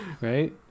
Right